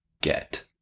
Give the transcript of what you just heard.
get